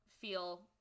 feel